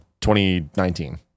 2019